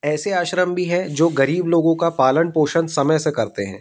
ऐसे आश्रम भी हैं जो गरीब लोगों का पालन पोषण समय से करते हैं